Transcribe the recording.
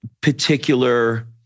particular